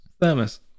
Thermos